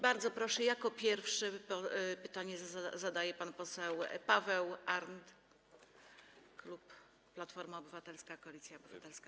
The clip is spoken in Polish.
Bardzo proszę, jako pierwszy pytanie zadaje pan poseł Paweł Arndt, klub Platforma Obywatelska - Koalicja Obywatelska.